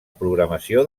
programació